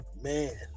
Man